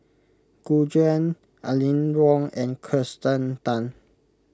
Gu Juan Aline Wong and Kirsten Tan